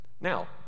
Now